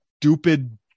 stupid